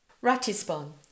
Ratisbon